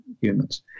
humans